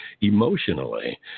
Emotionally